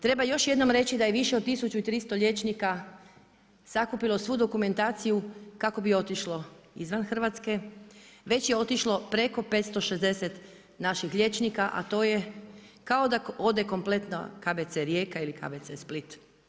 Treba još jednom reći da je više od 1300 liječnika sakupilo svu dokumentaciju kako bi otišlo izvan Hrvatske, već je otišlo preko 560 naših liječnika a to je kao da ode kompletna KBC Rijeka ili KBC Split.